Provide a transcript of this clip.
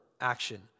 action